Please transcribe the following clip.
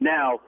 Now